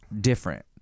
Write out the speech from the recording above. different